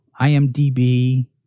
IMDb